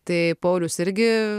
tai paulius irgi